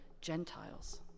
Gentiles